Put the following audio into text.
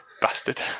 Bastard